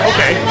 Okay